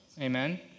Amen